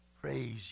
Praise